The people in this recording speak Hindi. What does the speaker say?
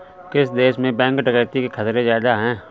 किस देश में बैंक डकैती के खतरे ज्यादा हैं?